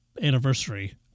anniversary